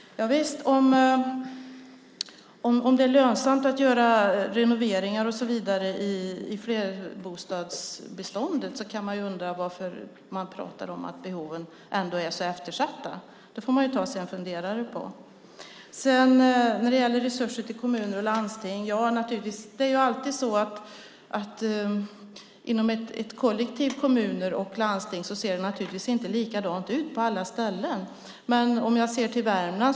Om det är lönsamt att göra renoveringar och så vidare i flerbostadsbeståndet kan man ju undra varför man pratar om att behoven ändå är så eftersatta. Det får man ta sig en funderare på. Sedan gällde det resurser till kommuner och landsting. Inom ett kollektiv med kommuner och landsting ser det naturligtvis inte likadant ut på alla ställen. Men jag kan se till Värmland.